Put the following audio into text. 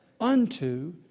unto